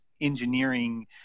engineering